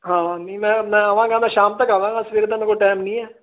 ਹਾਂ ਨੀ ਮੈਂ ਮੈਂ ਆਵਾਂਗਾ ਮੈਂ ਸ਼ਾਮ ਤੱਕ ਸਵੇਰ ਤੈਨੂੰ ਕੋਈ ਟਾਈਮ ਨਹੀਂ ਹੈ